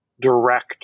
direct